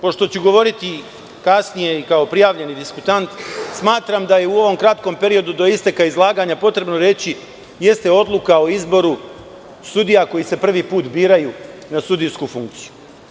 Pošto ću govoriti kasnije i kao prijavljeni diskutant, smatram da je u ovom kratkom periodu do isteka izlaganja potrebno reći o odluci o izboru sudija koji se prvi put biraju na sudijsku funkciju.